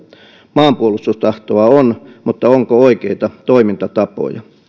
maanpuolustustahtoa on mutta onko oikeita toimintatapoja